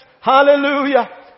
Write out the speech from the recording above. Hallelujah